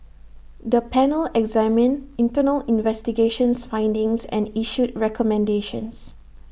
the panel examined internal investigations findings and issued recommendations